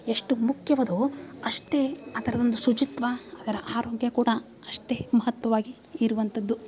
ಎಷ್ಟು ಮುಖ್ಯವದೊ ಅಷ್ಟೇ ಅದರದೊಂದು ಶುಚಿತ್ವ ಅದರ ಆರೋಗ್ಯ ಕೂಡ ಅಷ್ಟೇ ಮಹತ್ವವಾಗಿ ಇರುವಂಥದ್ದು